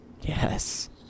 Yes